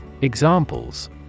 Examples